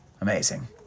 amazing